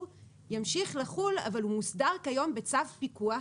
ימשיך לחול אבל הוא מוסדר כיום בצו פיקוח